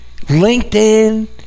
LinkedIn